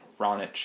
Ronich